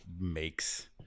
makes